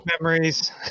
memories